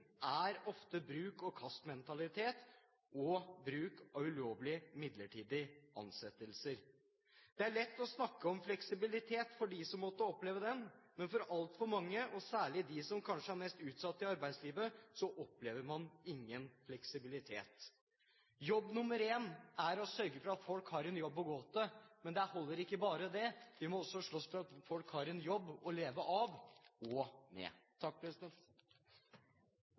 er ofte bruk og kast-mentalitet og bruk av ulovlige midlertidige ansettelser. Det er lett å snakke om fleksibilitet for dem som måtte oppleve den, men altfor mange, og særlig de som kanskje er mest utsatt i arbeidslivet, opplever ingen fleksibilitet. Jobb nr. én er å sørge for at folk har en jobb å gå til, men det holder ikke bare med det – vi må også slåss for at folk har en jobb å leve av og